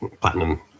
platinum